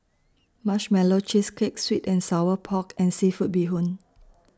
Marshmallow Cheesecake Sweet and Sour Pork and Seafood Bee Hoon